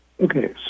Okay